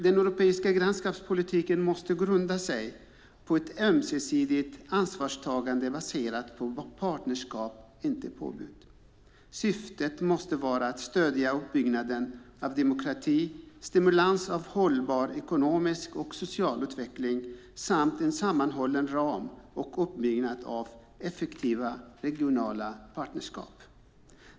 Den europeiska grannskapspolitiken måste grunda sig på ett ömsesidigt ansvarstagande baserat på partnerskap, inte på påbud. Syftet måste vara stöd till uppbyggnaden av demokrati, stimulans av hållbar ekonomisk och social utveckling samt en sammanhållen ram och uppbyggnad av effektiva regionala partnerskap.